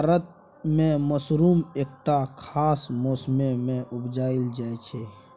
भारत मे मसरुम एकटा खास मौसमे मे उपजाएल जाइ छै